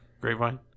Grapevine